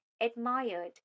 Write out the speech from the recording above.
admired